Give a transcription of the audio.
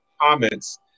comments